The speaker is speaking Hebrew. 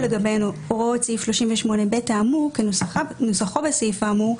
לגביהן הוראות סעיף 38(ב) האמור כנוסחו בסעיף האמור,